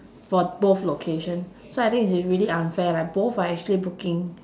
for both location so I think it's really unfair like both are actually booking